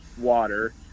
water